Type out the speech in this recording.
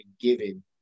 giving